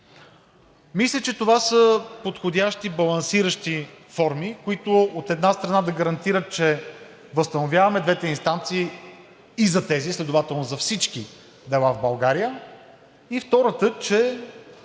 Мисля, че това са подходящи и балансиращи форми, които, от една страна, да гарантират, че възстановяваме двете инстанции и за тези, следователно за всички дела в България,